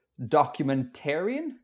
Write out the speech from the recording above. documentarian